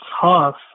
tough